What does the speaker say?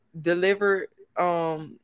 Deliver